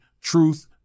truth